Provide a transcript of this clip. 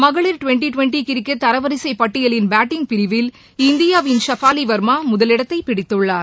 மகளிர் twenty twenty cricket தரவரிசை பட்டியலின் பேட்டிங் பிரிவில் இந்தியாவின் ஷஃபாலி வர்மா முதலிடத்தை பிடித்துள்ளார்